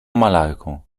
malarką